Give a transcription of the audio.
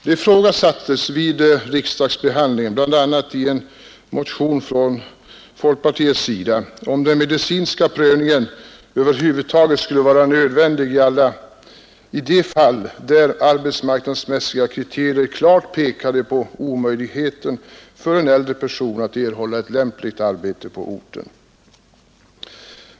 Det ifrågasattes vid riksdagsbehandlingen, bl.a. i en motion från folkpartiets sida, om den medicinska prövningen över huvud taget skulle vara nödvändig i de fall där arbetsmarknadsmässiga kriterier klart pekade på omöjligheten för en äldre person att erhålla ett lämpligt arbete på orten.